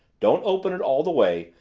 don't open it all the way.